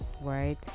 right